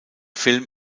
film